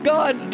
God